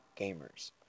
gamers